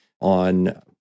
on